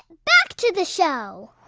back to the show